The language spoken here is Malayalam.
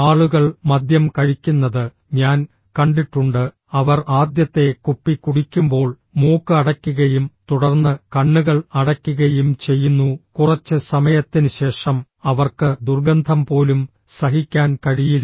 ആളുകൾ മദ്യം കഴിക്കുന്നത് ഞാൻ കണ്ടിട്ടുണ്ട് അവർ ആദ്യത്തെ കുപ്പി കുടിക്കുമ്പോൾ മൂക്ക് അടയ്ക്കുകയും തുടർന്ന് കണ്ണുകൾ അടയ്ക്കുകയും ചെയ്യുന്നു കുറച്ച് സമയത്തിന് ശേഷം അവർക്ക് ദുർഗന്ധം പോലും സഹിക്കാൻ കഴിയില്ല